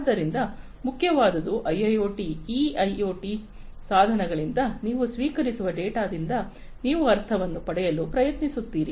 ಆದ್ದರಿಂದ ಮುಖ್ಯವಾದುದು ಐಐಒಟಿಯಲ್ಲಿನ ಈ ಐಒಟಿ ಸಾಧನಗಳಿಂದ ನೀವು ಸ್ವೀಕರಿಸುವ ಡೇಟಾದಿಂದ ನೀವು ಅರ್ಥವನ್ನು ಪಡೆಯಲು ಪ್ರಯತ್ನಿಸುತ್ತೀರಿ